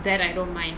that I don't mind